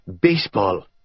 baseball